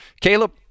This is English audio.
Caleb